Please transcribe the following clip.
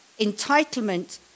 entitlement